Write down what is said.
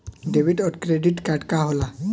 Debit और credit card का होला?